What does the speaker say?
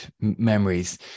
memories